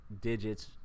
digits